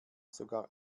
sogar